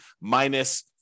minus